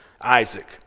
Isaac